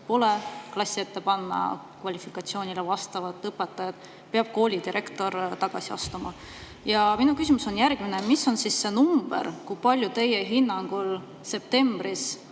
pole klassi ette panna kvalifikatsiooni[nõuetele] vastavat õpetajat, peab kooli direktor tagasi astuma. Minu küsimus on järgmine. Mis on see number, kui palju teie hinnangul septembris